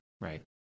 Right